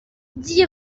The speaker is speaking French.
dix